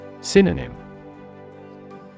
Synonym